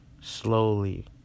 Slowly